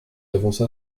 avança